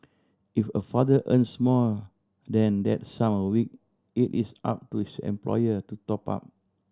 if a father earns more than that sum a week it is up to his employer to top up